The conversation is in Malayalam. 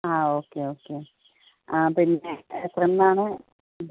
ആ ഓക്കെ ഓക്കെ ആ പിന്നെ എത്രന്നാണ്